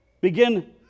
begin